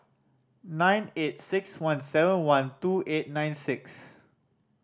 nine eight six one seven one two eight nine six